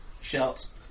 shouts